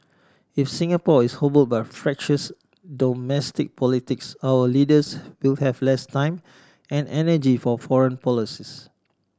if Singapore is hobble by fractious domestic politics our leaders will have less time and energy for foreign policies